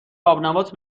آبنبات